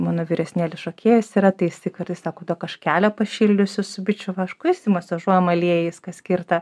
mano vyresnėlis šokėjas yra tai jisai kartais sako duok aš kelią pašildysiu su bičių vašku išsimasažuojam aliejais kas skirta